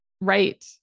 right